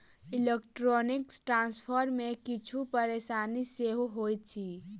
electronic transfer मे किछु परेशानी सेहो होइत अछि